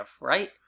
right